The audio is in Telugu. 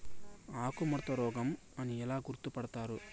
ఆకుముడత రోగం అని ఎలా గుర్తుపడతారు?